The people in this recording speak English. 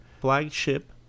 flagship